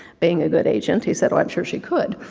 being a good agent, he said, oh i'm sure she could.